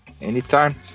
Anytime